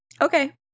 Okay